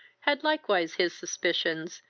had likewise his suspicions,